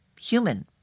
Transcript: human